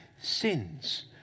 sins